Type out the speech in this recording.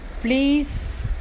please